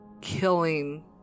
killing